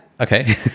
Okay